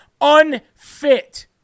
unfit